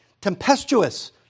tempestuous